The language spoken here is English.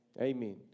Amen